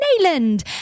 Nayland